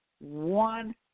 one